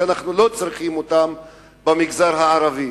אנחנו לא צריכים אותם במגזר הערבי.